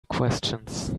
questions